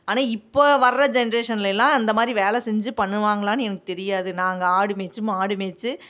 ஆனால் இப்போது வர்ற ஜென்ரேஷன்லேலாம் அந்த மாதிரி வேலை செஞ்சு பண்ணுவாங்களான்னு எனக்கு தெரியாது நாங்கள் ஆடு மேய்த்து மாடு மேய்த்து